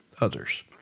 others